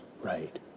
right